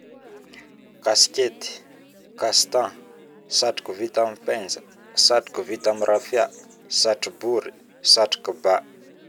Kaskety, castant, satrokavita am painja, satroka vita am rafia, satrobory, satroko ba